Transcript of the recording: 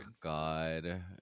god